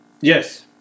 Yes